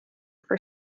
for